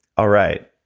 all right,